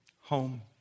Home